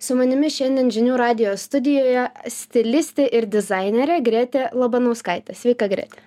su manimi šiandien žinių radijo studijoje stilistė ir dizainerė gretė labanauskaitė sveika grete